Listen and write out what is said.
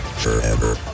forever